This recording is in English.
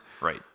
Right